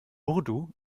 urdu